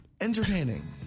entertaining